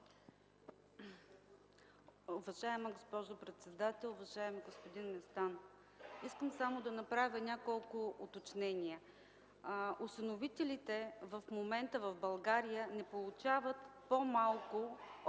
Уважаема госпожо председател! Уважаеми господин Местан, искам само да направя няколко уточнения. В момента осиновителите в България не получават по-малко